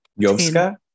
Yovska